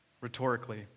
rhetorically